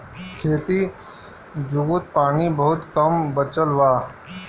खेती जुगुत पानी बहुत कम बचल बा